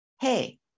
hey